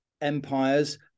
empires